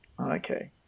Okay